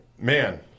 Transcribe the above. man